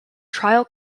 trial